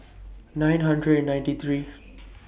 nine hundred and ninety three